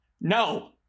No